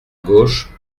gauche